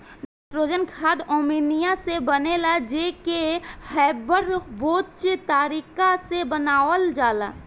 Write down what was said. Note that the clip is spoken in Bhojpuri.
नाइट्रोजन खाद अमोनिआ से बनेला जे के हैबर बोच तारिका से बनावल जाला